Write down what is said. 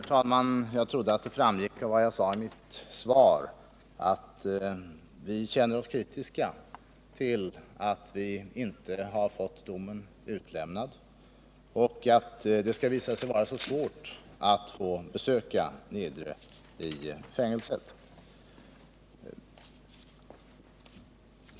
Herr talman! Jag trodde att det framgick av vad jag sade i mitt svar att vi är kritiska till att vi inte har fått domen utlämnad och att det har visat sig vara så svårt att få besöka Laimons Niedre i fängelset.